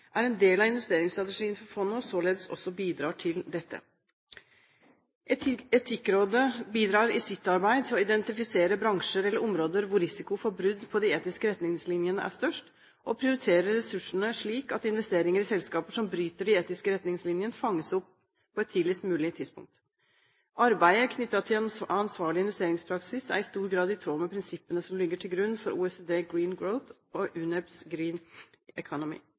er en del av investeringsstrategien for fondet og således også bidrar til dette. Etikkrådet bidrar i sitt arbeid til å identifisere bransjer eller områder hvor risiko for brudd på de etiske retningslinjene er størst, og prioriterer ressursene slik at investeringer i selskaper som bryter de etiske retningslinjene, fanges opp på et tidligst mulig tidspunkt. Arbeidet knyttet til en ansvarlig investeringspraksis er i stor grad i tråd med prinsippene som ligger til grunn for OECD Green Growth Strategy og UNEP – Green Economy.